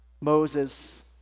Moses